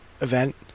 event